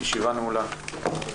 הישיבה ננעלה בשעה 13:56.